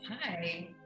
Hi